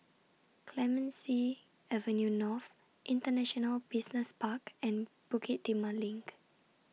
Clemenceau Avenue North International Business Park and Bukit Timah LINK